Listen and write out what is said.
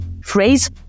phrase